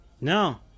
No